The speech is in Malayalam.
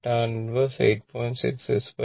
tan 1 8